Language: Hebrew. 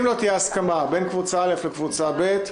אם לא תהיה הסכמה בין קבוצה א' לקבוצה ב',